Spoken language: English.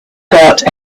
got